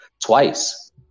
Twice